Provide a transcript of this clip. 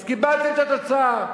אז קיבלתם את התוצאה,